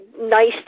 nice